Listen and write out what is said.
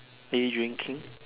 are you drinking